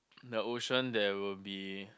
the ocean there will be